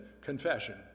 confession